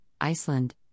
Iceland